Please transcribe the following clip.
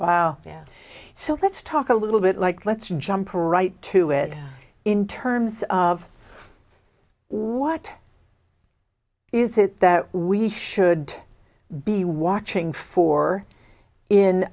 well yeah so let's talk a little bit like let's jump right to it in terms of what is it that we should be watching for in